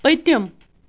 پٔتِم